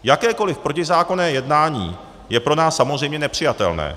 Jakékoliv protizákonné jednání je pro nás samozřejmě nepřijatelné.